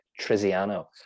Triziano